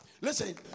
Listen